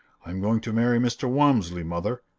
i am going to marry mr. walmsley, mother,